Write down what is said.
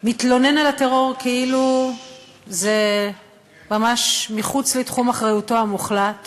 מתלונן על הטרור כאילו זה ממש מחוץ לתחום אחריותו המוחלט,